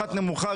אחת נמוכה,